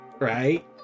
Right